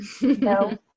No